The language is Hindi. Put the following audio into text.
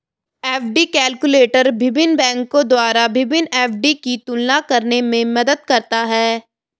एफ.डी कैलकुलटर विभिन्न बैंकों द्वारा विभिन्न एफ.डी की तुलना करने में मदद करता है